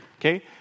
okay